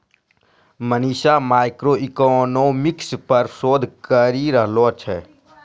Manisha macroeconomics पर शोध करी रहलो छै